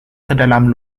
kedalam